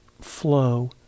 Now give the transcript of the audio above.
flow